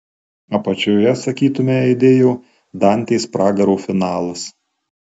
apačioje sakytumei aidėjo dantės pragaro finalas